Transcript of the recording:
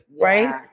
right